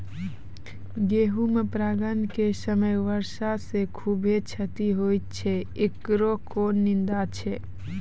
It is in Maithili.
गेहूँ मे परागण के समय वर्षा से खुबे क्षति होय छैय इकरो कोनो निदान छै?